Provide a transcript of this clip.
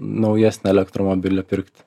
naujesnį elektromobilį pirkti